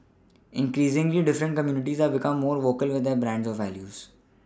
increasingly different communities have become more vocal with their brand of values